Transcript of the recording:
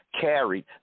carried